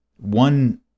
One